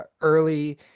early